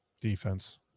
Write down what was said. defense